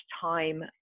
time